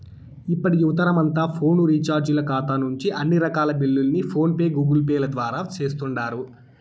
ఇప్పటి యువతరమంతా ఫోను రీచార్జీల కాతా నుంచి అన్ని రకాల బిల్లుల్ని ఫోన్ పే, గూగుల్పేల ద్వారా సేస్తుండారు